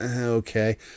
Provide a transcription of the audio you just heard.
okay